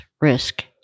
risk